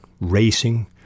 racing